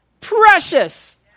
precious